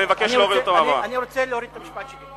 אני רוצה לומר את המשפט שלי.